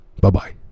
Bye-bye